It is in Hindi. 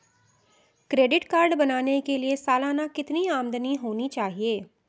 क्रेडिट कार्ड बनाने के लिए सालाना कितनी आमदनी होनी चाहिए?